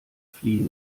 fliehen